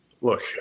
look